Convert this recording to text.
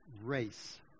race